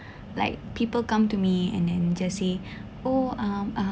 like people come to me and and then just say oh um mm